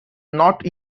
not